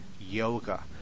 yoga